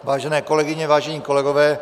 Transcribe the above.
Vážené kolegyně, vážení kolegové.